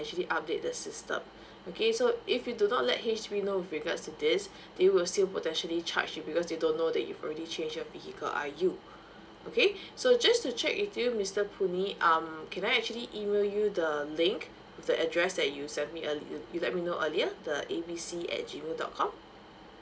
actually update the system okay so if you do not let H_D_B know with regards to this they will still potentially charge you because they don't know that you've already change your vehicle I_U okay so just to check with you mister puh nee um can I actually email you the link with the address that you sent me earlier you let me know earlier the A B C at G mail dot com